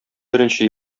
беренче